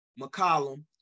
McCollum